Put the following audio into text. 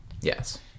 Yes